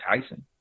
Tyson